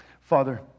Father